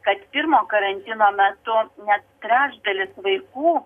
kad pirmo karantino metu net trečdalis vaikų